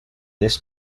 this